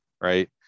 right